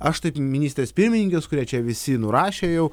aš taip ministrės pirmininkės kurią čia visi nurašė jau